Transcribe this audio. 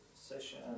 session